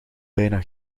bijna